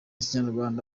kinyarwanda